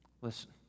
Listen